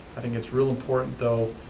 i think it's real important, though,